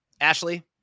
Ashley